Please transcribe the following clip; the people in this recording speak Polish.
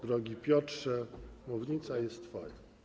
Drogi Piotrze, mównica jest twoja.